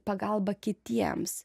pagalba kitiems